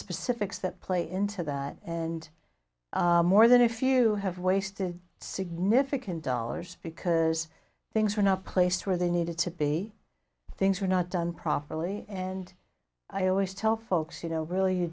specifics that play into that and more than a few have wasted significant dollars because things are not placed where they need to be things are not done properly and i always tell folks you know really